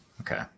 okay